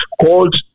called